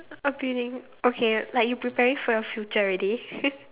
appealing okay like you preparing for your future already